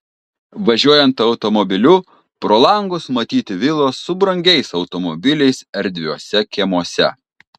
važiuojant automobiliu pro langus matyti vilos su brangiais automobiliais erdviuose kiemuose